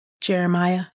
Jeremiah